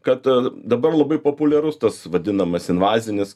kad dabar labai populiarus tas vadinamas invazinis